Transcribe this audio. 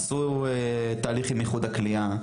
עשו תהליך עם איחוד הקליעה,